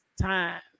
time